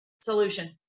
solution